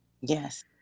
yes